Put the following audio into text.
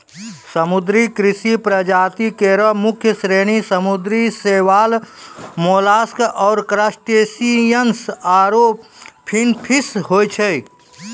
समुद्री कृषि प्रजाति केरो मुख्य श्रेणी समुद्री शैवाल, मोलस्क, क्रसटेशियन्स आरु फिनफिश होय छै